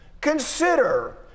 consider